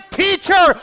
teacher